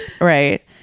Right